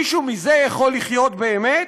מישהו מזה יכול לחיות באמת?